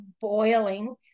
boiling